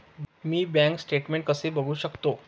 मी bank statement कसे बघू शकतो?